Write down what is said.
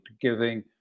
giving